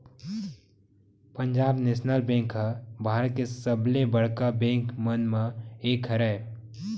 Punjab national bank ह भारत के सबले बड़का बेंक मन म एक हरय